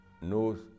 knows